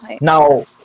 Now